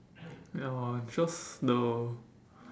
ya just the